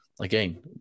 again